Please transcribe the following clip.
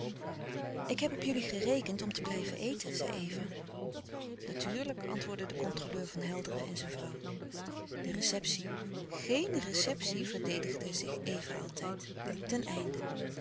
ik heb op jullie gerekend om te blijven eten zei eva natuurlijk antwoordden de controleur van helderen en zijn vrouw de receptie geen receptie verdedigde zich eva altijd liep ten einde